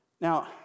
Now